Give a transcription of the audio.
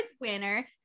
winner